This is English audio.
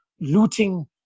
looting